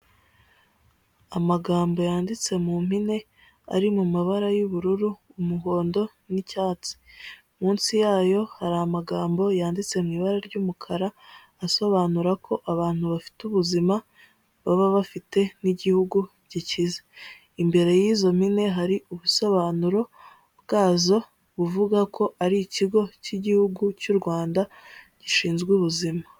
Amagambo yanditse mu mpine ari mu mabara y'ubururu umuhondo n'icyatsi, munsi yayo hari amagambo yanditse mu ibara ry'umukara asobanura ko abantu bafite ubuzima baba bafite n'igihugu gikize, imbere y'izo mpine hari ubusobanuro bwazo buvuga ko ari ikigo cy'igihugu cy'u Rwanda gishinzwe ubuzima.